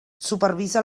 supervisa